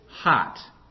hot